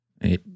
Hey